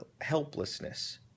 helplessness